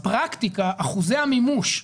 בפרקטיקה אחוזי המימוש,